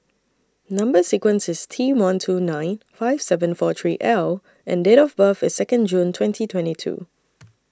Number sequence IS T one two nine five seven four three L and Date of birth IS Second June twenty twenty two